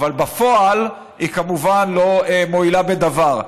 אבל בפועל היא כמובן לא מועילה בדבר.